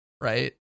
right